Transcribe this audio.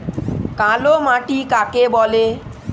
কালো মাটি কাকে বলে?